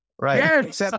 right